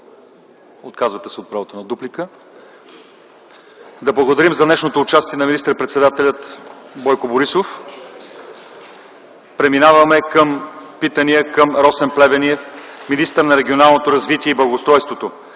Отказвате се от правото на дуплика. Благодарим за днешното участие на министър-председателя Бойко Борисов. Преминаваме към питания към Росен Плевнелиев, министър на регионалното развитие и благоустройството.